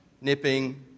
nipping